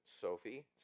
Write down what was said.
Sophie